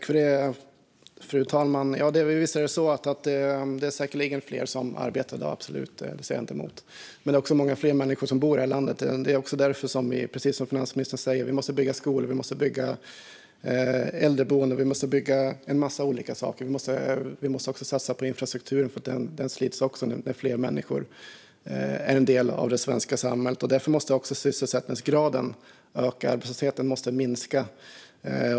Fru talman! Det är säkerligen fler som arbetar i dag. Det säger jag inte emot. Men det är också många fler som bor i vårt land. Det är därför som vi, som finansministern säger, måste bygga skolor, äldreboenden och en massa olika saker. Vi måste också satsa på infrastrukturen, eftersom även den slits när fler människor är en del av det svenska samhället. Därför måste också sysselsättningsgraden öka, och arbetslösheten måste minska.